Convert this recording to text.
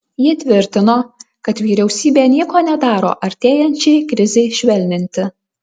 ji tvirtino kad vyriausybė nieko nedaro artėjančiai krizei švelninti